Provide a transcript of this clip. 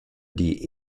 die